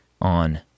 on